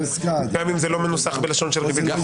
גם אם זה לא מנוסח בלשון של ריבית.